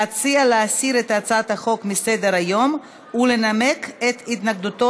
להציע להסיר את הצעת החוק מסדר-היום ולנמק את התנגדותו